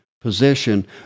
position